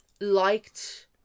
liked